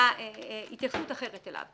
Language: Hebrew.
אלא התייחסות אחרת אליו.